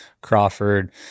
Crawford